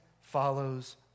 follows